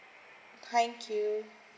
thank you